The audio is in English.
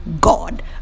God